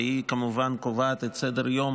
והיא כמובן קובעת את סדר-היום